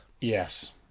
Yes